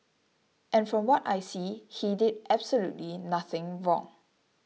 and from what I see he did absolutely nothing wrong